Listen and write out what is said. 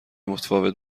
متفاوت